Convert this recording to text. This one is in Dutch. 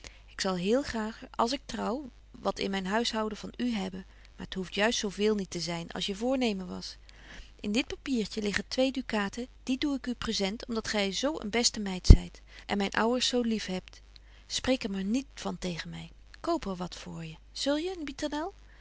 ik zal heel graag als ik trouw wat in myn huishouden van u hebben maar t hoeft juist zo veel niet te zyn als je voornemen was in dit papiertje liggen twee ducaten die doe ik u present om dat gy zo een beste meid zyt en myn ouwers zo lief hebt spreek er maar niet van tegen my koop er wat voor zulje pieternel